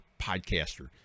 podcaster